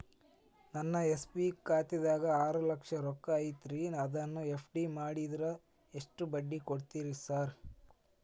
ನನ್ನ ಎಸ್.ಬಿ ಖಾತ್ಯಾಗ ಆರು ಲಕ್ಷ ರೊಕ್ಕ ಐತ್ರಿ ಅದನ್ನ ಎಫ್.ಡಿ ಮಾಡಿದ್ರ ಎಷ್ಟ ಬಡ್ಡಿ ಕೊಡ್ತೇರಿ ಸರ್?